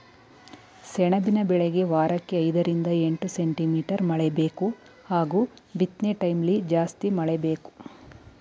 ಸೆಣಬಿನ ಬೆಳೆಗೆ ವಾರಕ್ಕೆ ಐದರಿಂದ ಎಂಟು ಸೆಂಟಿಮೀಟರ್ ಮಳೆಬೇಕು ಹಾಗೂ ಬಿತ್ನೆಟೈಮ್ಲಿ ಜಾಸ್ತಿ ಮಳೆ ಬೇಕು